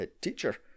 teacher